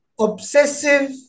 obsessive